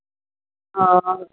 हां